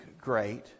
great